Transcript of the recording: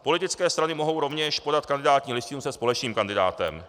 Politické strany mohou rovněž podat kandidátní listiny se společným kandidátem.